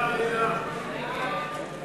ההסתייגות של קבוצת סיעת ש"ס,